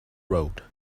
road